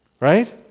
right